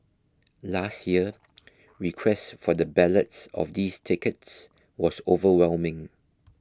last year request for the ballots of these tickets was overwhelming